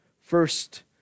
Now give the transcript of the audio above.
First